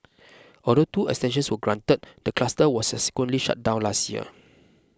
although two extensions were granted the cluster was subsequently shut down last year